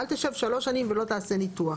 אל תשב שלוש שנים ולא תעשה ניתוח